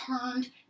turned